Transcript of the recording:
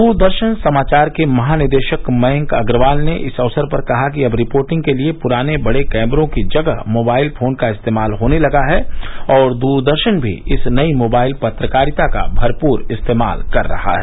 दूरदर्शन समाचार के महानिदेशक मयंक अग्रवाल ने इस अवसर पर कहा कि अब रिपोर्टिंग के लिए पुराने बड़े कैमरों की जगह मोबाइल फोन का इस्तेमाल होने लगा है और दूरदर्शन भी इस नई मोबाइल पत्रकारिता का भरपूर इस्तेमाल कर रहा है